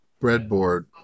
breadboard